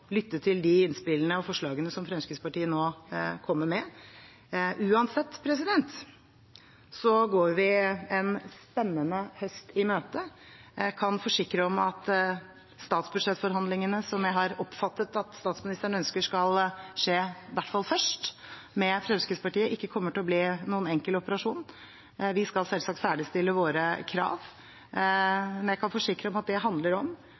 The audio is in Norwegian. lytte til de innspillene og forslagene som Fremskrittspartiet nå kommer med. Uansett går vi en spennende høst i møte. Jeg kan forsikre om at forhandlingene om statsbudsjettet, som jeg har oppfattet at statsministeren ønsker skal skje – i hvert fall først – med Fremskrittspartiet, ikke kommer til å bli noen enkel operasjon. Vi skal selvsagt ferdigstille våre krav, men jeg kan forsikre om at det handler om